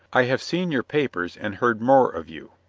i have seen your papers and heard more of you,